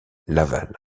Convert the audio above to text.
laval